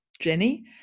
Jenny